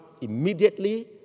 immediately